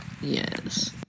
Yes